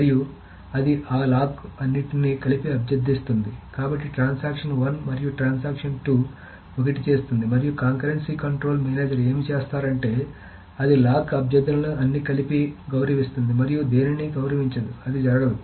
మరియు అది ఆ లాక్ ల అన్నింటినీ కలిపి అభ్యర్థిస్తోంది కాబట్టి ట్రాన్సాక్షన్ 1 మరియు ట్రాన్సాక్షన్ 2 ఒకటి చేస్తుంది మరియు కాంకరెన్సీ కంట్రోల్ మేనేజర్ ఏమి చేస్తారంటే అది లాక్ అభ్యర్థనలను అన్ని కలిపి గౌరవిస్తుంది మరియు దేనినీ గౌరవించదు అది జరగదు